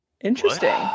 interesting